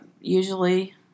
usually